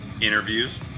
interviews